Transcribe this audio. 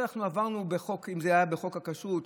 בחוק, זה היה בחוק הכשרות,